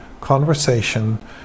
conversation